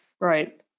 Right